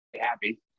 happy